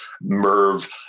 MERV